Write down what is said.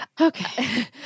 Okay